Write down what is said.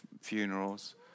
funerals